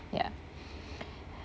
ya